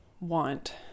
want